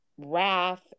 wrath